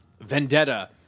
Vendetta